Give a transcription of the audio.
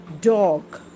dog